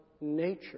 nature